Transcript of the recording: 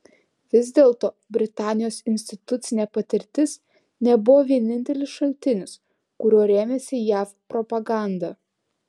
vis dėlto britanijos institucinė patirtis nebuvo vienintelis šaltinis kuriuo rėmėsi jav propaganda